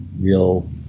real